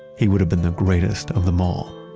he would have been the greatest of them all.